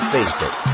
Facebook